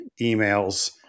emails